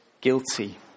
guilty